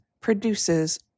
produces